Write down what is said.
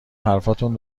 حرفاتون